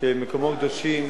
שמקומות קדושים